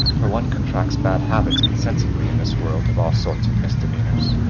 for one contracts bad habits insensibly in this world of all sorts of misdemeanours.